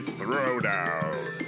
Throwdown